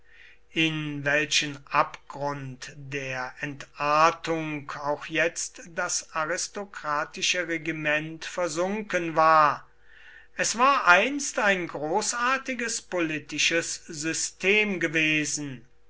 in welchen abgrund der entartung auch jetzt das aristokratische regiment versunken war es war einst ein großartiges politisches system gewesen